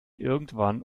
irgendwann